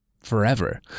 forever